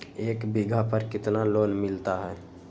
एक बीघा पर कितना लोन मिलता है?